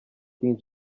king